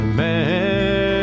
man